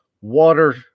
water